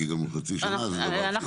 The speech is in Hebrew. כי גם חצי שנה זה דבר שהוא --- אנחנו